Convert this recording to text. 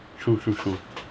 true true true